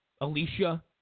Alicia